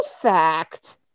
fact